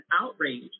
outrage